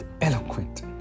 eloquent